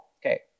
Okay